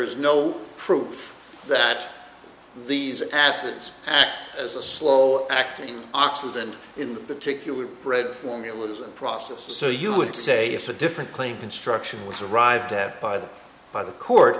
is no proof that these acids act as a slow acting oxidant in the particular bread formulas and process so you would say if a different claim construction was arrived at by the by the court